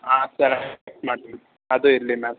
ಆ ಥರ ಮಾಡಿ ಅದು ಇರಲಿ ಮ್ಯಾಮ್